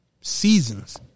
seasons